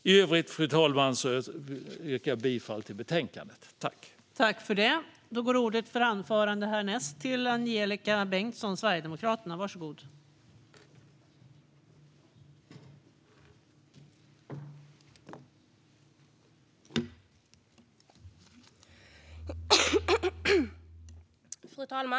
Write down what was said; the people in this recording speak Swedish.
I övrigt, fru talman, yrkar jag bifall till förslaget i betänkandet.